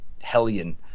hellion